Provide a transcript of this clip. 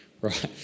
right